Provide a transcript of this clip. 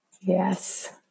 Yes